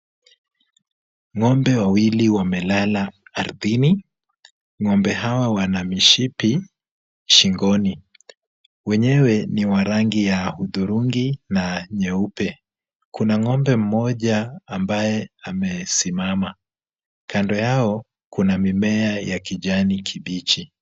Ng'ombe wawili wamelala ardhini. Ng'ombe hawa wana mishipi shingoni. Wenyewe ni wa rangi ya hudhurungi na nyeupe. Kuna ng'ombe mmoja ambaye amesimama. Kando yao kuna mimea ya kijani kibichi.